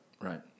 Right